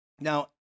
Now